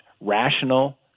rational